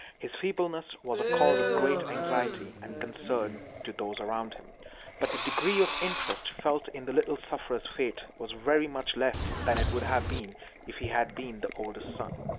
his feebleness was a cause of great anxiety and concern to those around him but the degree of interest felt in the little sufferer's fate was very much less than it would have been if he had been the oldest son.